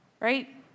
right